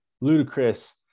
ludicrous